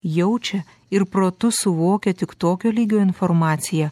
jaučia ir protu suvokia tik tokio lygio informaciją